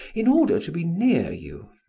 in order to be near you.